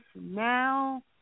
now